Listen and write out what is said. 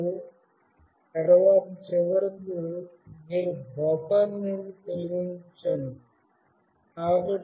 మరియు తర్వాత చివరకు మీరు బఫర్ నుండి తొలగించండి